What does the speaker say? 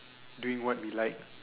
doing what we like